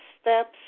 Steps